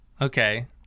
Okay